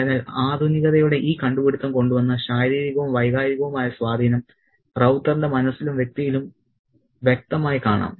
അതിനാൽ ആധുനികതയുടെ ഈ കണ്ടുപിടിത്തം കൊണ്ടുവന്ന ശാരീരികവും വൈകാരികവുമായ സ്വാധീനം റൌത്തറിന്റെ മനസ്സിലും വ്യക്തിയിലും വ്യക്തമായി കാണാം